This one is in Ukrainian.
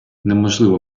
неможливо